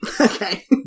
Okay